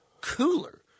cooler